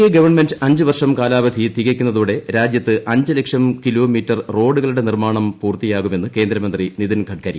A government അഞ്ച് വർഷം കാലാവധി തികയ്ക്കുന്നതോടെ രാജ്യത്ത് അഞ്ചു ലക്ഷം കിലോമീറ്റർ റോഡുകളുടെ നിർമ്മാണം പൂർത്തിയാകുമെന്ന് കേന്ദ്രമന്ത്രി നിതിൻ ഗഡ്കരി